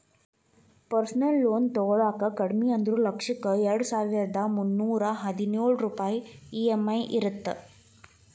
personal loan ತೊಗೊಳಾಕ ಕಡಿಮಿ ಅಂದ್ರು ಲಕ್ಷಕ್ಕ ಎರಡಸಾವಿರ್ದಾ ಮುನ್ನೂರಾ ಹದಿನೊಳ ರೂಪಾಯ್ ಇ.ಎಂ.ಐ ಇರತ್ತ